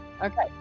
Okay